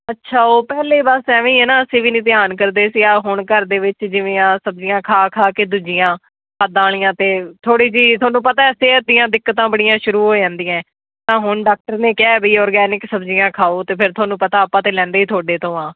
ਅੱਛਾ ਉਹ ਪਹਿਲੇ ਬਸ ਐਵੇਂ ਹੈ ਨਾ ਅਸੀਂ ਵੀ ਨਹੀਂ ਧਿਆਨ ਕਰਦੇ ਸੀ ਆ ਹੁਣ ਘਰ ਦੇ ਵਿੱਚ ਜਿਵੇਂ ਆ ਸਬਜ਼ੀਆਂ ਖਾ ਖਾ ਕੇ ਦੂਜੀਆਂ ਖਾਦਾਂ ਵਾਲੀਆਂ ਅਤੇ ਥੋੜ੍ਹੀ ਜਿਹੀ ਤੁਹਾਨੂੰ ਪਤਾ ਸਿਹਤ ਦੀਆਂ ਦਿੱਕਤਾਂ ਬੜੀਆਂ ਸ਼ੁਰੂ ਹੋ ਜਾਂਦੀਆਂ ਤਾਂ ਹੁਣ ਡਾਕਟਰ ਨੇ ਕਿਹਾ ਵੀ ਔਰਗੈਨਿਕ ਸਬਜ਼ੀਆਂ ਖਾਓ ਅਤੇ ਫਿਰ ਤੁਹਾਨੂੰ ਪਤਾ ਆਪਾਂ ਤਾਂ ਲੈਂਦੇ ਹੀ ਤੁਹਾਡੇ ਤੋਂ ਹਾਂ